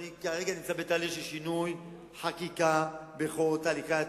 ואני כרגע נמצא בתהליך של שינוי חקיקה בכל תהליכי התכנון,